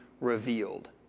revealed